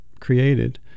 created